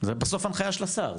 זה בסוף הנחייה של השר,